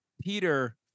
Peter